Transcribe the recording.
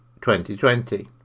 2020